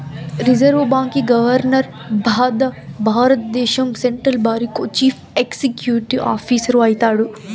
reserve బాంకీ governor భారద్దేశం central బారికో చీఫ్ ఎక్సిక్యూటివ్ ఆఫీసరు అయితాడు